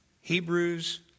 Hebrews